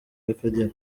y’akagera